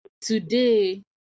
today